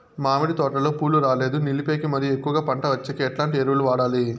మామిడి తోటలో పూలు రాలేదు నిలిపేకి మరియు ఎక్కువగా పంట వచ్చేకి ఎట్లాంటి ఎరువులు వాడాలి?